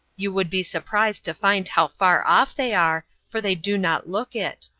you would be surprised to find how far off they are, for they do not look it.